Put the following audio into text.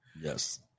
Yes